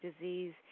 disease